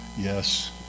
yes